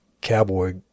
cowboy